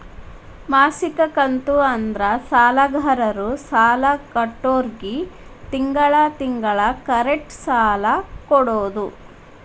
ಮಾಸಿಕ ಕಂತು ಅಂದ್ರ ಸಾಲಗಾರರು ಸಾಲ ಕೊಟ್ಟೋರ್ಗಿ ತಿಂಗಳ ತಿಂಗಳ ಕರೆಕ್ಟ್ ಸಾಲ ಕೊಡೋದ್